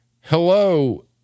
hello